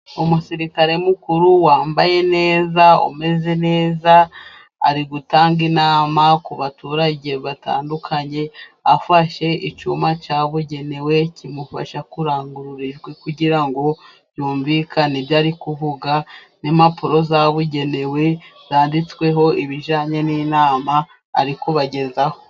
Umusirikare mukuru wambaye neza，umeze neza，ari gutanga inama ku baturage batandukanye， afashe icyuma cyabugenewe kimufasha kurangurura ijwi， kugira ngo yumvikane ibyo ari kuvuga，n'impapuro zabugenewe， zanditsweho ibijyanye n'inama， ari kubagezaho.